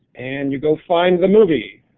and you go find the movie.